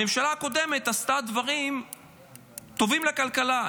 הממשלה הקודמת עשתה דברים טובים לכלכלה.